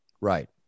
Right